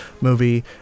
movie